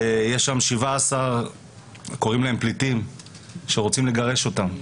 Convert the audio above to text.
יש שם 17 פליטים שרוצים לגרש אותם,